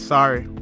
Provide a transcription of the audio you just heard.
Sorry